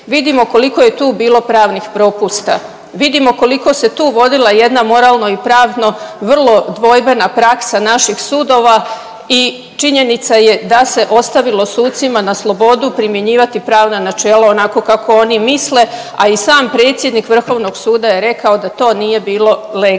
Vidimo koliko je tu bilo pravnih propusta. Vidimo koliko se tu vodila jedna moralno i pravno vrlo dvojbena praksa naših sudova i činjenica je da se ostavilo sucima na slobodu primjenjivati pravna načela onako kako oni misle, a i sam predsjednik Vrhovnog suda je rekao da to nije bilo lege